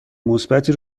مثبتی